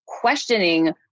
questioning